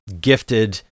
gifted